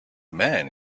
man